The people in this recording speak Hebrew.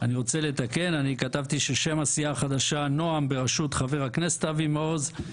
אמנם כתבתי ששם הסיעה החדשה הוא "נעם - בראשות חבר הכנסת אבי מעוז",